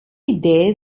idee